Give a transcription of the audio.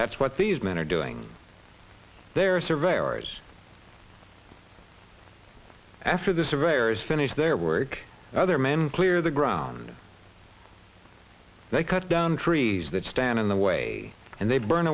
that's what these men are doing their survey hours after the surveyors finish their work other men clear the ground they cut down trees that stand in the way and they burn